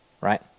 Right